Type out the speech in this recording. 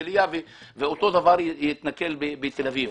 הרצליה ותל אביב.